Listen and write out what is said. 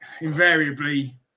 invariably